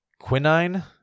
Quinine